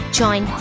join